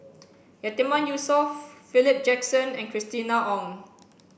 Yatiman Yusof Philip Jackson and Christina Ong